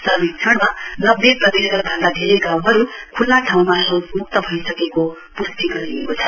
सर्वेक्षणमा नब्बे प्रतिशत भन्दा धेरै गाउँहरू खुल्ला ठाउँहरूमा शौचमुक्त भइसकेको प्ष्टि गरिएको छ